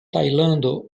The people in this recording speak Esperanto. tajlando